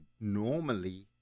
normally